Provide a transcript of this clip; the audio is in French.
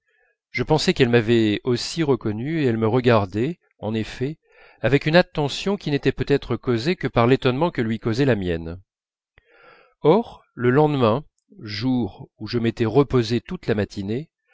je pensai qu'elle m'avait aussi reconnu et elle me regardait en effet avec une attention qui n'était peut-être causée que par l'étonnement que lui causait la mienne or le lendemain jour où je m'étais reposé toute la matinée